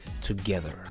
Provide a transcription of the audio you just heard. together